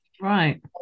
right